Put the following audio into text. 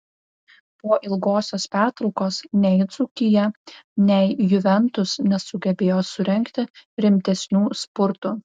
po ilgosios pertraukos nei dzūkija nei juventus nesugebėjo surengti rimtesnių spurtų